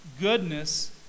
goodness